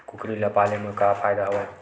कुकरी ल पाले म का फ़ायदा हवय?